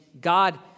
God